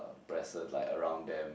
presence like around them